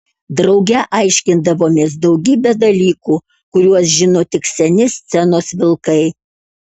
drauge aiškindavomės daugybę dalykų kuriuos žino tik seni scenos vilkai